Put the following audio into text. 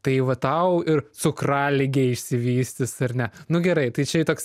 tai va tau ir cukraligė išsivystys ar ne nu gerai tai čia toks